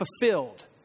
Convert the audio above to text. fulfilled